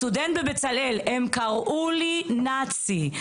סטודנט בבצלאל: 'הם קראו לי נאצי'.